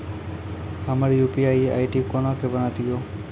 हमर UPI ID कोना के बनत यो?